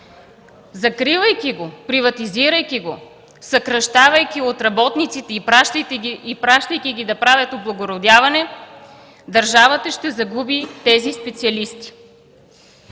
Закривайки го, приватизирайки го, съкращавайки от работниците и пращайки ги да правят облагородяване, държавата ще загуби тези специалисти.